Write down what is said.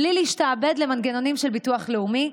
בלי להשתעבד למנגנונים של ביטוח לאומי,